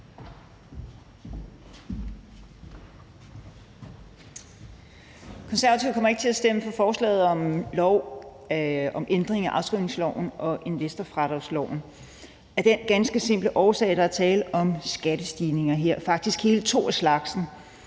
Konservative kommer ikke til at stemme for forslaget om lov om ændring af afskrivningsloven og investorfradragsloven af den ganske simple årsag, at der er tale om skattestigninger her – faktisk hele to af slagsen.